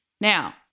Now